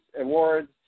awards